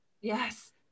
Yes